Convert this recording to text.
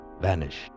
vanished